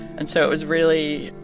and so it was really